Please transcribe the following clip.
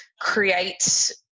create